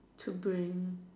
to bring